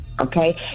okay